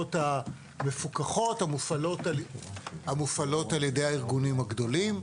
המסגרות המפוקחות המופעלות על-ידי הארגונים הגדולים.